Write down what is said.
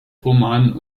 roman